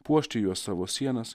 puošti juo savo sienas